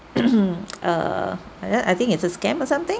err and then I think it's a scam or something